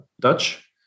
Dutch